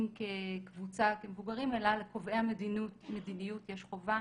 כקבוצה כמבוגרים אלא לקובעי המדיניות יש חובה.